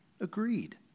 Agreed